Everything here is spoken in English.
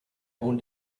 own